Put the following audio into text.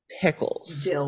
pickles